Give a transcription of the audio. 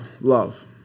love